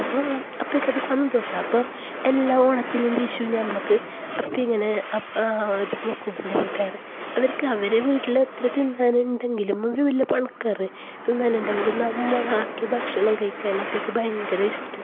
അപ്പം അപ്പേക്ക് അത് സന്തോഷമാണ് അപ്പോൾ എല്ലാ ഓണത്തിനും വിഷുനും നമ്മൾക്ക് അപ്പോൾ ഇങ്ങനെ ഒരു മുസ്ലീംസിന്റെ വീട്ടുകാർ അവർക്ക് അവരെ വീട്ടില് എത്ര തിന്നാൻ ഉണ്ടെങ്കിലും അവർ വലിയ പണക്കാർ തിന്നാനുണ്ടെങ്കിലും നമ്മൾ ആക്കിയ ഭക്ഷണം കഴിക്കാന് അപ്പേക്ക് ഭയങ്കര ഇഷ്ട്ം